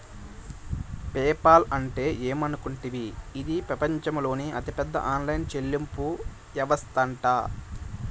PayPal అంటే ఏమనుకుంటివి, ఇది పెపంచంలోనే అతిపెద్ద ఆన్లైన్ చెల్లింపు యవస్తట